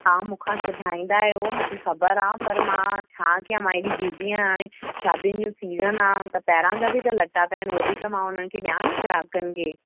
हा मुखां सुभायंदा अहियो मुखे ख़्बर आ पर मां छा कया मां हेॾी बिज़ी अहियां हाणे शादिनि ज्यूं सिज़न आ त पहिरां जा बि लटा पिया अहिनि हुवो बि त मां हुननि खे ॾियान ग्राहकनि खे